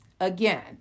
Again